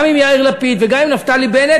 גם עם יאיר לפיד וגם עם נפתלי בנט,